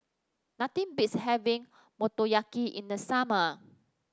nothing beats having Motoyaki in the summer